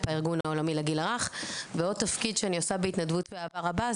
הארגון העולמי לגיל הרך ועוד תפקיד שאני עושה בהתנדבות ואהבה רבה,